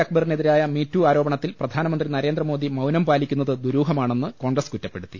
അക്ബറിനെ തിരായ me too ആരോപണത്തിൽ പ്രധാനമന്ത്രി നരേന്ദ്രമോദി മൌനം പാലിക്കുന്നത് ദുരൂഹമാണെന്ന് കോൺഗ്രസ് കുറ്റപ്പെടുത്തി